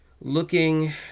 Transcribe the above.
looking